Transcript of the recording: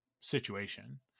situation